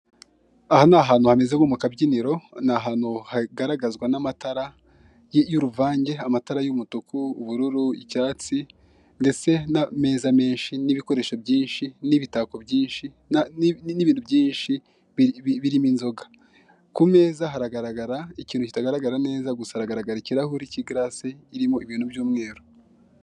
Aha ni ahantu hameze nko mu kabyiniro ni ahantu hagaragazwa n'amatara y'uruvange, amatara y'umutuku, ubururu, icyatsi ndetse n'ameza menshi n'ibikoresho byinshi n'ibitako byinshi n'ibintu byinshi birimo inzoga ku meza haragaragara ikintu kitagaragara neza gusa haragaragara ikirahuri k'igarasi irimo ibintu by'umweru.